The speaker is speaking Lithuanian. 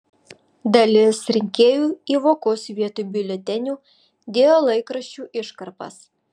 dalis rinkėjų į vokus vietoj biuletenių dėjo laikraščių iškarpas